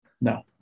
No